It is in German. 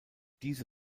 diese